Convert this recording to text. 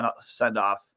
send-off